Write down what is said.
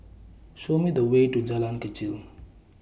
Show Me The Way to Jalan Kechil